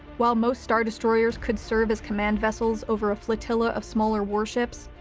while most star destroyers could serve as command vessels over a flotilla of smaller warships,